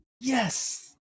Yes